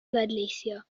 bleidleisio